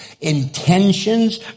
Intentions